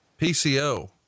PCO